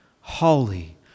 holy